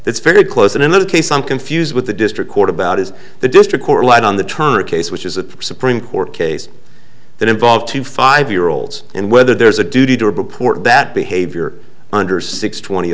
that's very close and another case i'm confused with the district court about is the district court light on the turner case which is a supreme court case that involved two five year olds and whether there's a duty to report that behavior under six twenty